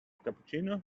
cappuccino